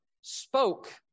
spoke